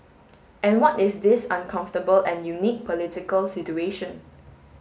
and what is this uncomfortable and unique political situation